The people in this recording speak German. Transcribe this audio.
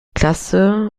klasse